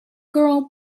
girl